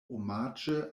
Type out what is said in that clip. omaĝe